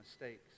mistakes